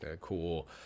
cool